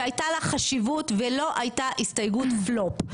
שהייתה לה חשיבות ולא הייתה הסתייגות כלום.